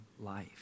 life